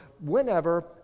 whenever